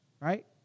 right